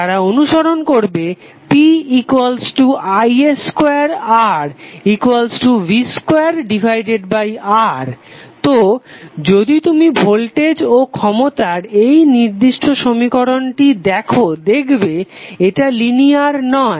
তারা অনুসরন করবে pi2Rv2R তো যদি তুমি ভোল্টেজ ও ক্ষমতার এই নির্দিষ্ট সমীকরণটি দেখো দেখবে এটা লিনিয়ার নয়